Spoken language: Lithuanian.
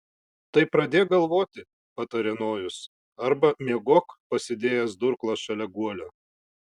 tai pradėk galvoti patarė nojus arba miegok pasidėjęs durklą šalia guolio